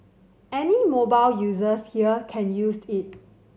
any mobile users here can use it